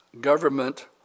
government